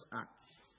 acts